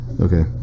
Okay